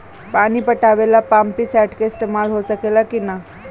पानी पटावे ल पामपी सेट के ईसतमाल हो सकेला कि ना?